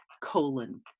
colon